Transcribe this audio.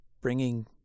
bringing